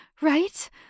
right